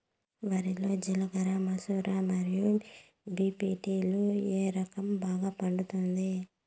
వరి లో జిలకర మసూర మరియు బీ.పీ.టీ లు ఏ రకం బాగా పండుతుంది